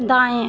दाऍं